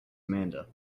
amanda